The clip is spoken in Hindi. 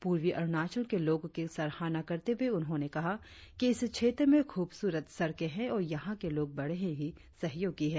पूर्वी अरुणाचल के लोगो की सराहना करते हुए उन्होंने कहा कि इस क्षेत्र में खूबसूरत सड़के है और यहां के लोग बड़े ही सहयोगी है